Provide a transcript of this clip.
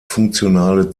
funktionale